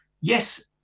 Yes